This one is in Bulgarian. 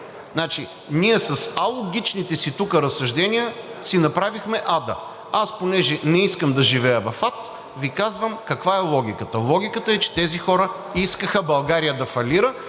Ние с алогичните си тук разсъждения си направихме ада. Аз, понеже не искам да живея в ад, Ви казвам каква е логиката. Логиката е, че тези хора искаха България да фалира